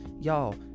Y'all